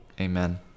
Amen